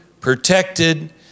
protected